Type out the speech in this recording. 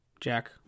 Jack